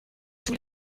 tous